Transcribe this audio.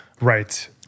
Right